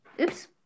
oops